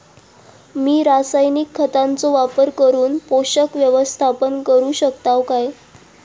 मी रासायनिक खतांचो वापर करून पोषक व्यवस्थापन करू शकताव काय?